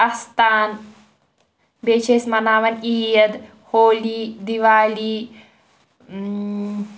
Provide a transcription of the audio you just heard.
اَستان بیٚیہِ چھِ أسۍ مَناوان عیٖد ہولی دیوالی